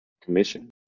commission